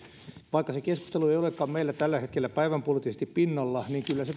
vaikka se keskustelu ei olekaan meillä tällä hetkellä päivänpoliittisesti pinnalla niin